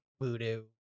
Voodoo